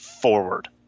forward